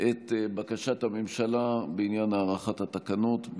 את בקשת הממשלה בעניין הארכת התקנות.